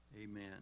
Amen